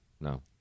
No